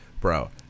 Bro